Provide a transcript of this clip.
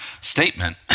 statement